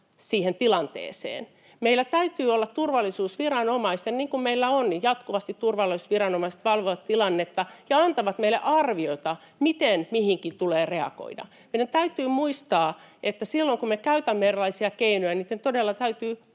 siihen tilanteeseen. Meillä jatkuvasti turvallisuusviranomaiset valvovat tilannetta ja antavat meille arviota, miten mihinkin tulee reagoida. Meidän täytyy muistaa, että silloin kun me käytämme erilaisia keinoja, niitten todella täytyy